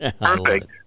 Perfect